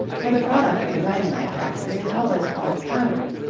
for the product of a dynamite-factory is always called powder.